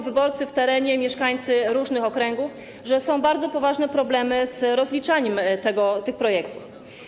Wyborcy w terenie, mieszkańcy różnych okręgów sygnalizują, że są bardzo poważne problemy z rozliczaniem tych projektów.